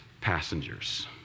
passengers